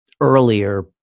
earlier